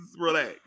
relax